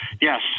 Yes